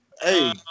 Hey